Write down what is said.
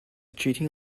cheating